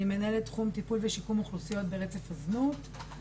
אני מנהלת תחום טיפול ושיקום אוכלוסיות ברצף הזנות.